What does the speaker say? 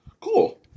cool